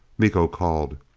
miko called,